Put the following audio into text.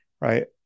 right